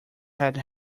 have